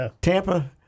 Tampa